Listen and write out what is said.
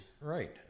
Right